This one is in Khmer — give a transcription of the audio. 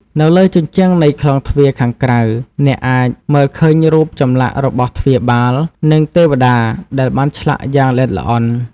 នៅលើជញ្ជាំងនៃក្លោងទ្វារខាងក្រៅ អ្នកអាចមើលឃើញរូបចម្លាក់របស់ទ្វារបាល និងទេវតាដែលបានឆ្លាក់យ៉ាងល្អិតល្អន់។